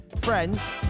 friends